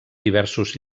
diversos